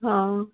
हा